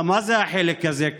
מה זה החלק הזה?